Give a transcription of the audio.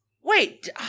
wait